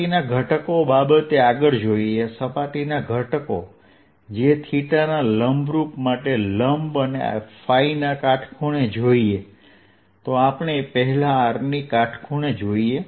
સપાટીના ઘટકો બાબતે આગળ જોઈએ સપાટીના ઘટકો જે ના લંબરૂપ માટે લંબ અને ϕ ના કાટખૂણે જોઈએ આપણે પહેલા r ની કાટખૂણે જોઈએ